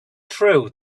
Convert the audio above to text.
true